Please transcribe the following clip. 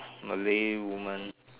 Malay woman